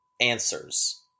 answers